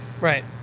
Right